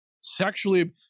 sexually